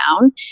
down